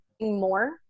more